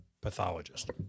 pathologist